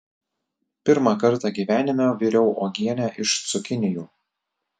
pirmą kartą gyvenime viriau uogienę iš cukinijų